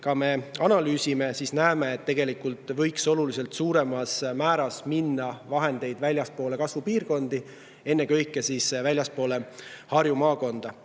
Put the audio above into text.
me analüüsime, me näeme, et tegelikult võiks oluliselt suuremal määral minna vahendeid väljapoole kasvupiirkondi, ennekõike väljapoole Harju maakonda.